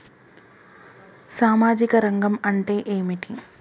సామాజిక రంగం అంటే ఏమిటి?